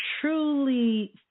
truly